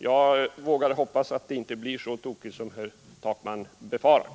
Jag vågar hoppas att det inte blir så tokigt som herr Takman befarar.